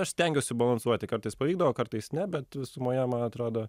aš stengiuosi balansuoti kartais pavykdavo kartais ne bet visumoje man atrodo